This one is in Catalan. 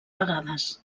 vegades